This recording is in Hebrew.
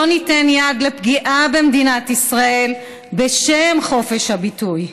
לא ניתן יד לפגיעה במדינת ישראל בשם חופש הביטוי.